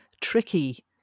tricky